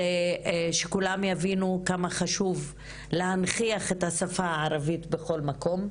הוא שכולם יבינו כמה חשוב להנכיח את השפה הערבית בכל מקום,